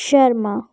Sharma